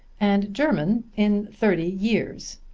and german in thirty years.